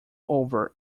over